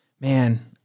man